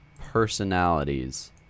personalities